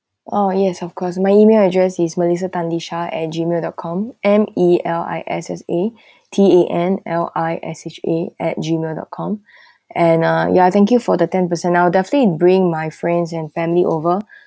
oh yes of course my email address is melissa tan lisha at gmail dot com M E L I S S A T A N L I S H A at gmail dot com and uh ya thank you for the ten percent I'll definitely bring my friends and family over